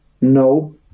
No